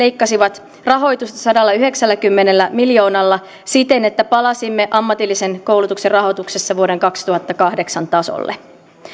leikkasivat rahoitusta sadallayhdeksälläkymmenellä miljoonalla siten että palasimme ammatillisen koulutuksen rahoituksessa vuoden kaksituhattakahdeksan tasolle